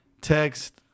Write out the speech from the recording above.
text